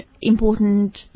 important